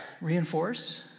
reinforce